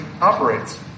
operates